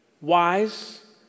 wise